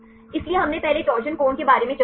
इसलिए हमने पहले टॉर्शन कोण के बारे में चर्चा की